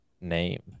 name